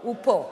הוא פה.